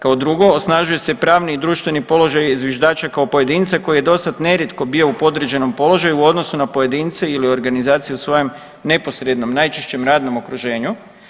Kao drugo osnažuje se pravni i društveni položaj zviždača kao pojedinca koji je dosad nerijetko bio u podređenom položaju u odnosu na pojedince ili organizacije u svojem neposrednom najčešćem radnom okruženju.